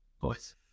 Boys